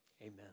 amen